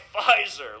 Pfizer